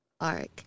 arc